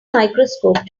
microscope